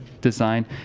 design